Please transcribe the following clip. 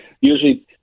usually